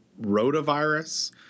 rotavirus